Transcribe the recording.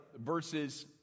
verses